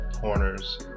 corners